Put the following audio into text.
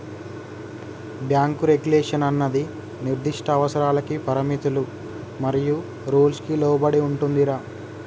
bank regulation అన్నది నిర్దిష్ట అవసరాలకి పరిమితులు మరియు రూల్స్ కి లోబడి ఉంటుందిరా